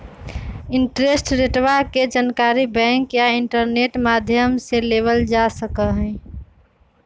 interest रेटवा के जानकारी बैंक या इंटरनेट माध्यम से लेबल जा सका हई